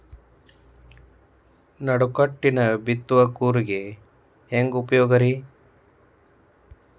ನಡುಕಟ್ಟಿನ ಬಿತ್ತುವ ಕೂರಿಗೆ ಹೆಂಗ್ ಉಪಯೋಗ ರಿ?